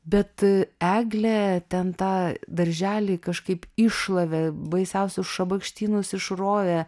bet eglė ten tą darželį kažkaip iššlavė baisiausius šabakštynus išrovė